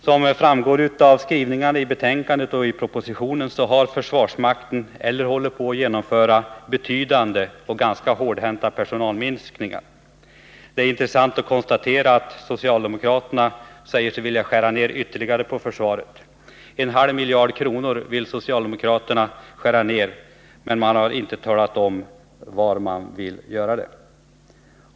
Som framgår av skrivningarna i betänkandet och i propositionen har försvarsmakten genomfört — eller håller på att genomföra — betydande och ganska hårdhänta personalminskningar. Det är intressant att konstatera att socialdemokraterna säger sig vilja skära ned ytterligare på försvaret — en halv miljard kronor vill socialdemokraterna skära ned — men inte har talat om var de vill göra det.